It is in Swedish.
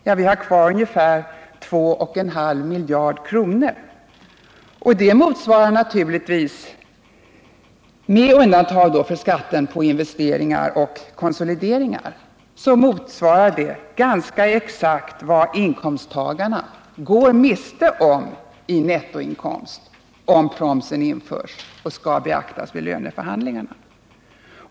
Jo, ungefär 2,8 miljarder, och det motsvarar naturligtvis — med undantag för skatten på investeringar och konsolideringar —ganska exakt vad inkomsttagarna går miste om i nettoinkomst om promsen införs och skall beaktas vid löneförhandlingarna.